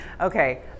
Okay